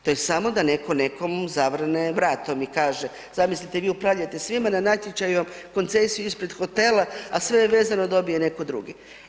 To je samo da netko nekom zavrne vratom i kaže, zamislite vi upravljate svim a na natječaju vam koncesiju ispred hotela, a sve je vezano dobije netko drugi.